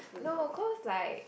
no cause like